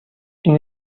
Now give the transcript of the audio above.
این